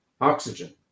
oxygen